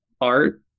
art